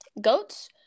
goats